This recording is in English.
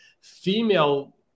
female